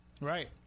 Right